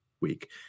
week